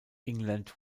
england